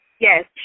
yes